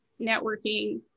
networking